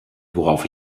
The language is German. worauf